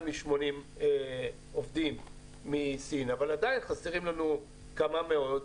מ-80 עובדים מסין אבל עדין חסרים לנו כמה מאות,